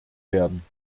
werden